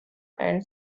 and